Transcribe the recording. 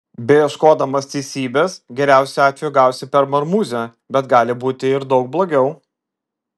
beieškodamas teisybės geriausiu atveju gausi per marmuzę bet gali būti ir daug blogiau